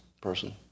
person